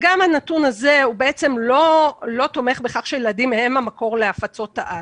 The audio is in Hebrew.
גם הנתון הזה הוא בעצם לא תומך בכך שילדים הם המקור להפצות-העל.